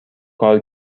کار